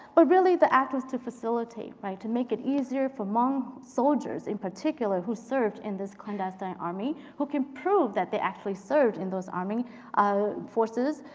but really, the act was to facilitate, like to make it easier for hmong soldiers in particular who served in this clandestine army who can prove that they actually served in those army forces,